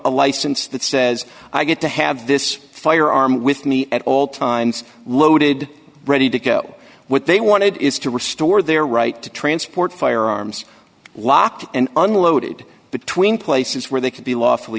a license that says i get to have this firearm with me at all times loaded ready to go what they want is to restore their right to transport firearms locked and unloaded between places where they can be lawfully